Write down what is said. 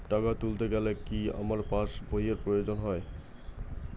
টাকা তুলতে গেলে কি আমার পাশ বইয়ের প্রয়োজন হবে?